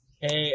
Hey